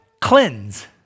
cleanse